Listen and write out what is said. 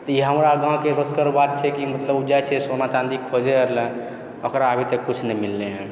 तऽ ई हमरा गाँवके रोचकर बात छै कि लोग जाइ छै सोना चाँदी खोजै लए ओकरा अभी तक किछु नहि मिललै हँ